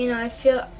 you know i feel.